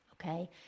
okay